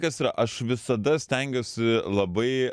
kas yra aš visada stengiuosi labai